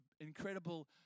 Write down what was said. incredible